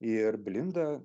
ir blinda